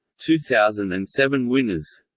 two thousand and seven winners